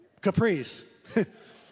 caprice